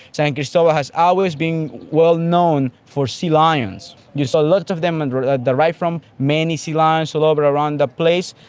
san cristobal has always been well known for sea lions. you saw lots of them and ah derived from many sea lions all so over around the place.